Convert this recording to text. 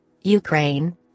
Ukraine